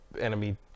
enemy